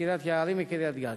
קריית-יערים וקריית-גת.